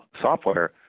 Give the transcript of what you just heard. software